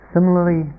similarly